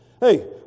Hey